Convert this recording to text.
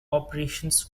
operations